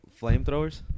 Flamethrowers